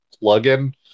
plug-in